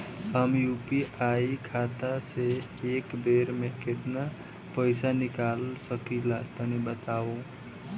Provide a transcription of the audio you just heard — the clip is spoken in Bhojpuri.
हम यू.पी.आई खाता से एक बेर म केतना पइसा निकाल सकिला तनि बतावा?